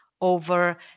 over